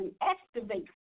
activate